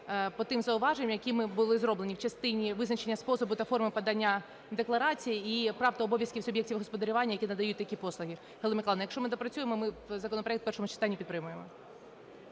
по тим зауваженням, які були зроблені в частині визначення способу та форми подання декларацій і прав та обов'язків суб'єктів господарювання, які надають такі послуги. Галина Михайлівна, якщо ми допрацюємо, ми законопроект в першому читанні підтримуємо.